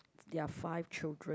there are five children